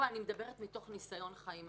אני מדברת מתוך ניסיון חיים,